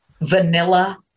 vanilla